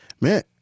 Man